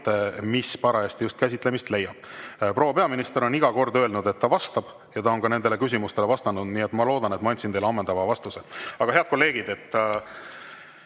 mis parajasti just käsitlemist leiab. Proua peaminister on iga kord öelnud, et ta vastab, ja ta on ka nendele küsimustele vastanud. Ma loodan, et ma andsin teile ammendava vastuse. Head kolleegid!